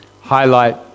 highlight